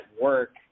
work